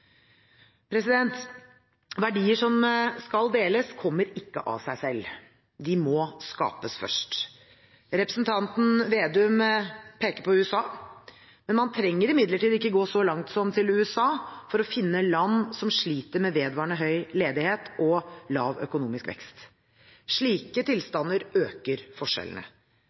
Verdier som skal deles, kommer ikke av seg selv. De må skapes først. Representanten Slagsvold Vedum peker på USA. Men man trenger imidlertid ikke gå så langt som til USA for å finne land som sliter med vedvarende høy ledighet og lav økonomisk vekst. Slike tilstander øker forskjellene.